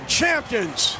champions